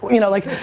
you know like,